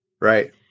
Right